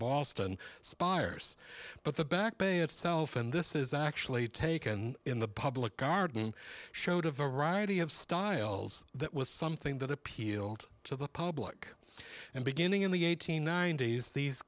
boston spires but the back bay itself and this is actually taken in the public garden showed a variety of styles that was something that appealed to the public and beginning in the eighteen nine days these